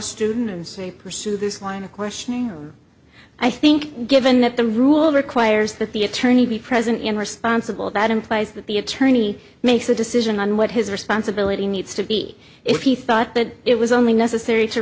say pursue this line of questioning or i think given that the rule requires that the attorney be present and responsible that implies that the attorney makes a decision on what his responsibility needs to be if he thought that it was only necessary to